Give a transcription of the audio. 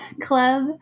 club